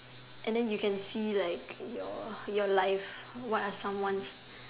and then you can see like your your life what are some ones